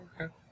okay